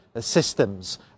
systems